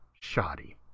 shoddy